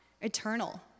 eternal